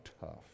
tough